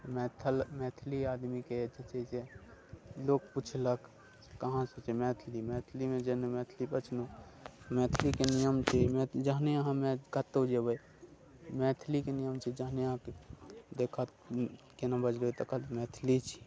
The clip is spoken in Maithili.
मैथल मैथिली आदमीके जे छै से लोक पुछलक कहाँसँ छी मैथिली मैथिलीमे जेना मैथिली बजलहुँ मैथिलीके नियम छी जहने अहाँ कतहु जेबै मैथिलीके नियम छियै जहने अहाँकेँ देखत केना बजबै तऽ कहत मैथिली छी